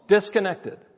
disconnected